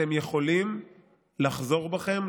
אתם יכולים לחזור בכם,